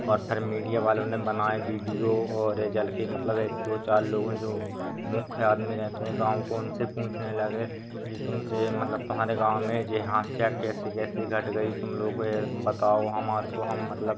और फिर मीडिया वालों ने बनाए वीडियो और जल के मतलब एक दो चार लोगों जो मुख्य आदमी रहते हैं गाँव के उनसे पूछने लगे कि तुमसे मतलब तुम्हारे गाँव में जे हादसा कैसे कैसे घट गया तुम लोग बताओ हमारे को हम मतलब